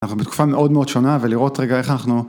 אנחנו בתקופה מאוד מאוד שונה ולראות רגע איך אנחנו.